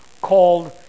called